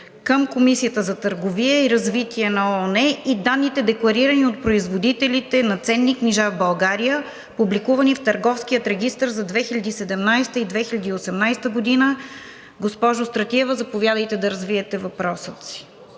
към Комисията за търговия и развитие на ООН и данните, декларирани от производителите на ценни книжа в България, публикувани в Търговския регистър за 2017-а и 2018 г. Госпожо Стратиева, заповядайте да развиете питането си.